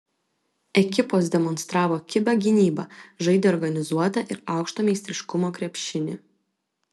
ekipos demonstravo kibią gynybą žaidė organizuotą ir aukšto meistriškumo krepšinį